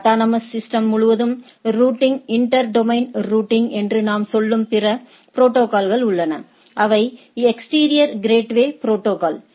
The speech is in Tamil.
அட்டானமஸ் சிஸ்டம் முழுவதும் ரூட்டிங் அல்லது இன்டர் டொமைன் ரூட்டிங் என்று நாம் சொல்லும் பிற ப்ரோடோகால் உள்ளன அவை exterior gateway protocol exterior gateway protocol